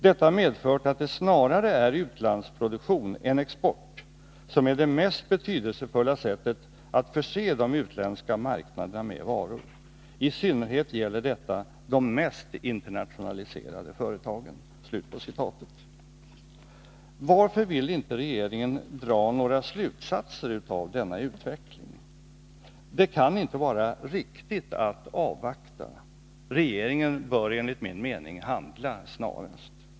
Detta har medfört att det snarare är utlandsproduktion än export som är det mest betydelsefulla sättet att förse de utländska marknaderna med varor; i synnerhet gäller detta de mest internationaliserade företagen.” Varför vill inte regeringen dra några slutsatser av denna utveckling? Det kan inte vara riktigt att avvakta. Regeringen bör enligt min mening handla snarast.